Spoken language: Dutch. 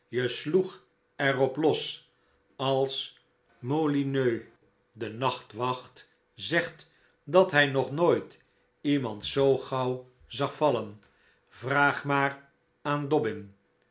er op los als molyneux de nachtwacht zegt dat hij nog nooit iemand zoo gauw zag vallen vraag maar aan